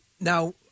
now